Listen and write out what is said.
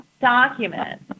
document